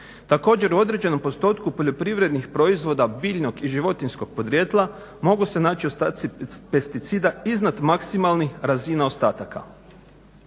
Također, u određenom postotku poljoprivrednih proizvoda biljnog i životinjskog podrijetla mogu se naći ostaci pesticida iznad maksimalnih razina ostataka.